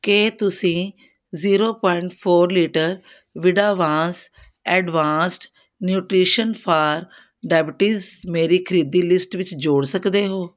ਕੀ ਤੁਸੀਂ zero point four litre ਵੀਡਾਵਾਂਸ advanced nutrition for diabetes ਮੇਰੀ ਖਰੀਦੀ ਲਿਸਟ ਵਿੱਚ ਜੋੜ ਸਕਦੇ ਹੋ